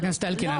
חבר הכנסת אלקין,